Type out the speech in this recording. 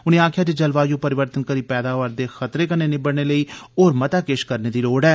उनें आक्खेआ जे जलवायू परिवर्तन करी पैदा होआ'रदे खतरे कन्नै निबड़ने लेई होर मता किश करने दी लोड़ ऐ